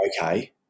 okay